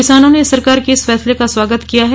किसानों ने सरकार के इस फैसले का स्वागत किया है